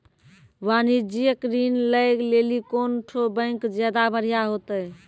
वाणिज्यिक ऋण लै लेली कोन ठो बैंक ज्यादा बढ़िया होतै?